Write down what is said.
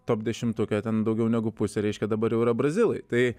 top dešimtuke ten daugiau negu pusė reiškia dabar jau yra brazilai tai